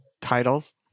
titles